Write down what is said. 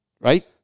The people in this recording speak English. Right